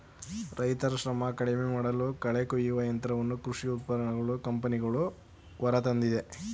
ರೈತರ ಶ್ರಮ ಕಡಿಮೆಮಾಡಲು ಕಳೆ ಕುಯ್ಯುವ ಯಂತ್ರವನ್ನು ಕೃಷಿ ಉಪಕರಣ ಕಂಪನಿಗಳು ಹೊರತಂದಿದೆ